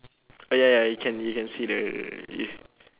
oh ya ya you can you can see the yes